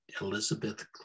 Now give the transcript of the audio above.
elizabeth